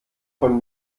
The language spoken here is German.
von